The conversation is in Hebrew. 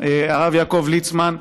הרב יעקב ליצמן,